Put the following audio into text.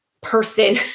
Person